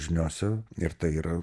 žiniose ir tai yra